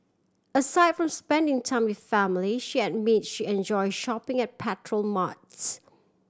aside from spending time with family she admit she enjoy shopping at petrol marts